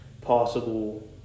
possible